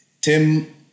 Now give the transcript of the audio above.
Tim